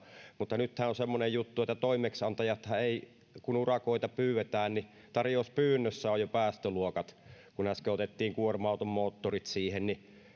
mutta nythän on semmoinen juttu toimeksiantajien osalta kun urakoita pyydetään että tarjouspyynnössä on jo päästöluokat kun äsken otettiin kuorma auton moottorit siihen niin siellä